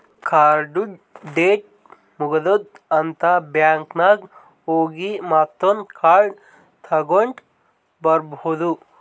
ಕಾರ್ಡ್ದು ಡೇಟ್ ಮುಗದೂದ್ ಅಂತ್ ಬ್ಯಾಂಕ್ ನಾಗ್ ಹೋಗಿ ಮತ್ತೊಂದ್ ಕಾರ್ಡ್ ತಗೊಂಡ್ ಬರ್ಬಹುದ್